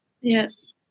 Yes